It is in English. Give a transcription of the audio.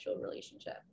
relationship